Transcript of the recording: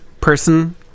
person